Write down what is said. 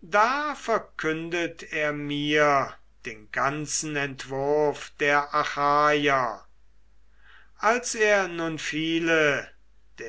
da verkündet er mir den ganzen entwurf der achaier als er nun viele